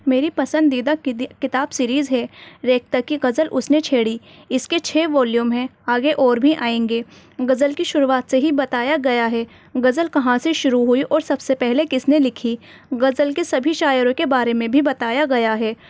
میری پسندیدہ کتاب سیریز ہے ریختہ کی غزل اس نے چھیڑی اس کے چھ والیوم ہیں آگے اور بھی آئیں گے غزل کی شروعات سے ہی بتایا گیا ہے غزل کہاں سے شروع ہوئی اور سب سے پہلے کس نے لکھی غزل کے سبھی شاعروں کے بارے میں بھی بتایا گیا ہے